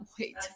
wait